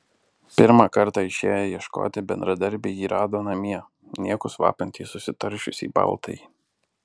pirmą kartą išėję ieškoti bendradarbiai jį rado namie niekus vapantį susitaršiusį baltąjį